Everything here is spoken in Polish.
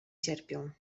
cierpią